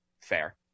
Fair